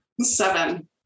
Seven